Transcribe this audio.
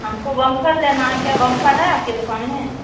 हमको बमफर लेना है क्या बमफर है आपकी दुकान में